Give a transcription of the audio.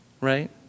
Right